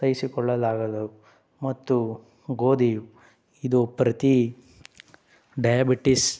ಸಹಿಸಿಕೊಳ್ಳಲಾಗದು ಮತ್ತು ಗೋಧಿಯು ಇದು ಪ್ರತಿ ಡಯಾಬಿಟಿಸ್